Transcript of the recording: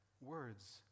words